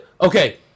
Okay